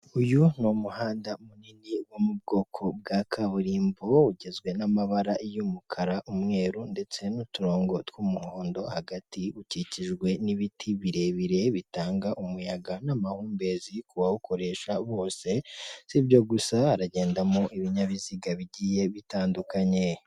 Uyu ni umuhanda munini wo mu bwoko bwa kaburimbo, ugizwe n'amabara y'umukara, umweru ndetse n'uturongo tw'umuhondo, hagati ukikijwe n'ibiti birebire bitanga umuyaga n'amahumbezi ku bawukoresha bose, si ibyo gusa haragendamo ibinyabiziga bigiye bitandukanye.